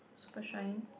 super shine